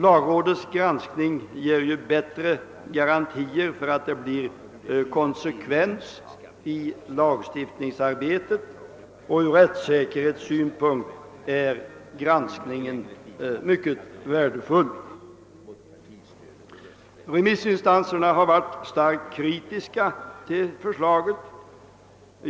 Lagrådets granskning ger ju bättre garantier för att det blir konsekvens i lagstiftningsarbetet, och ur rättssäkerhetssynpunkt är denna granskning mycket värdefull. Remissinstanserna har varit starkt kritiska mot förslaget.